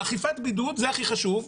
אכיפת בידוד זה הכי חשוב,